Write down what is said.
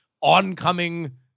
oncoming